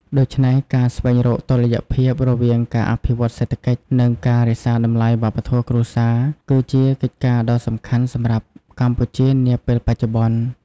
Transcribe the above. ដូច្នេះ ការស្វែងរកតុល្យភាពរវាងការអភិវឌ្ឍសេដ្ឋកិច្ច និងការរក្សាតម្លៃវប្បធម៌គ្រួសារ គឺជាកិច្ចការដ៏សំខាន់សម្រាប់កម្ពុជានាពេលបច្ចុប្បន្ន។